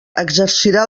exercirà